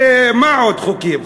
איזה עוד חוקים?